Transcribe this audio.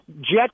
jet